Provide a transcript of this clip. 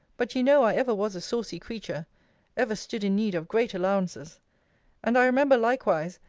but you know i ever was a saucy creature ever stood in need of great allowances and i remember, likewise,